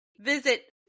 visit